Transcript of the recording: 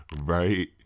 right